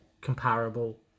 comparable